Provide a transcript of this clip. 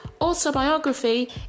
autobiography